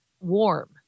warm